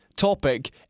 topic